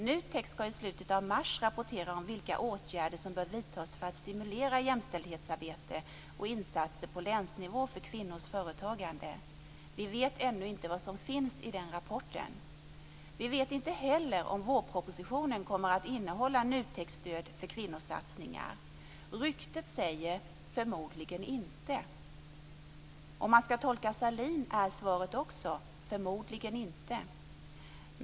NUTEK skall i slutet av mars rapportera om vilka åtgärder som bör vidtas för att stimulera jämställdhetsarbete och insatser på länsnivå för kvinnors företagande. Vi vet ännu inte vad som finns i den rapporten. Vi vet inte heller om vårpropositionen kommer att innehålla NUTEK-stöd för kvinnosatsningar. Ryktet säger att den förmodligen inte gör det. Om man skall tolka Sahlin är svaret också förmodligen inte.